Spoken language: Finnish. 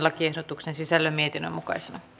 lakiehdotuksen sisällön mietinnön mukaisena